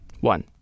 one